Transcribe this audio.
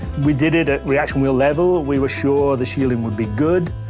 we did it at reaction wheel level, we were sure the shielding would be good.